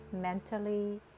mentally